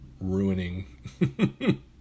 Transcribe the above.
ruining